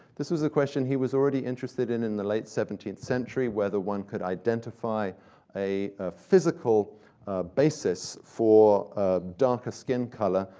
this was a question he was already interested in, in the late seventeenth century, whether one could identify a physical basis for darker skin color,